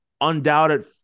undoubted